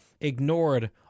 ignored